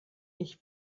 ich